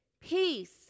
Peace